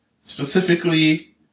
specifically